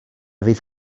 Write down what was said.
fydd